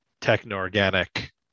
techno-organic